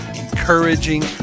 encouraging